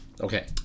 Okay